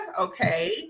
Okay